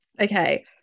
Okay